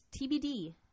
TBD